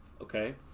okay